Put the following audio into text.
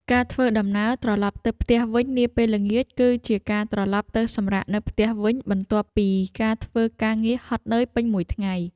ការធ្វើដំណើរត្រឡប់ទៅផ្ទះវិញនាពេលល្ងាច គឺជាការត្រឡប់ទៅសម្រាកនៅផ្ទះវិញ បន្ទាប់ពីការធ្វើ ការងារហត់នឿយពេញមួយថ្ងៃ។